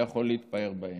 והוא יכול להתפאר בהם.